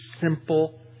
simple